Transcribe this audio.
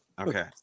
Okay